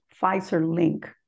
Pfizer-Link